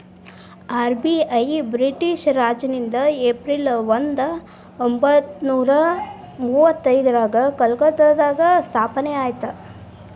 RBI British ರಾಜನಿಂದ April ಒಂದ ಹತ್ತೊಂಬತ್ತನೂರ ಮುವತ್ತೈದ್ರಾಗ ಕಲ್ಕತ್ತಾದಾಗ ಸ್ಥಾಪನೆ ಆಯ್ತ್